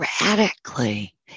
radically